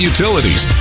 Utilities